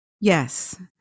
yes